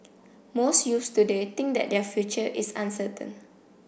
most youths today think that their future is uncertain